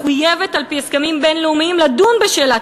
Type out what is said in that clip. מחויבת על-פי הסכמים בין-לאומיים לדון בשאלת